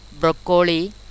broccoli